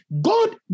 God